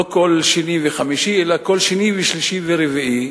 לא כל שני וחמישי אלא כל שני ושלישי ורביעי?